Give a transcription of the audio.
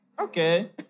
Okay